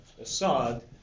Assad